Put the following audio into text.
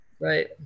Right